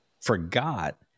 forgot